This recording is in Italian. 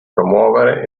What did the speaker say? promuovere